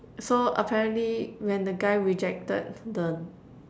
so apparently when the guy rejected the